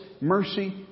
mercy